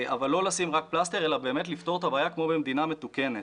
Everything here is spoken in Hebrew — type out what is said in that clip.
אבל לא לשים רק פלסטר אלא באמת לפתור את הבעיה כמו במדינה מתוקנת.